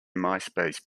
myspace